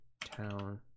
town